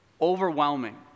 overwhelming